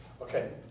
Okay